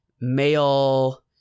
male